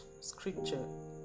Scripture